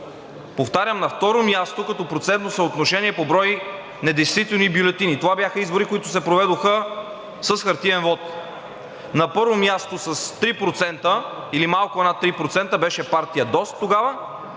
Повтарям, на второ място като процентно съотношение по брой недействителни бюлетини. Това бяха избори, които се проведоха с хартиен вот. На първо място, с 3% – или малко над 3%, беше партия ДОСТ тогава,